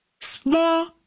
small